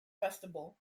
festival